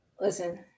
Listen